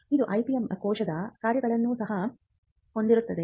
ಇದು IPM ಕೋಶದ ಕಾರ್ಯಗಳನ್ನು ಸಹ ಹೊಂದಿರುತ್ತದೆ